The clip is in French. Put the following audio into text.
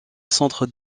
centre